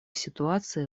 ситуации